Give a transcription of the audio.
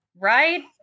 Right